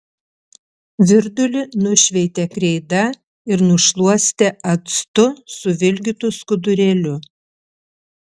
virdulį nušveitė kreida ir nušluostė actu suvilgytu skudurėliu